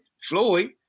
Floyd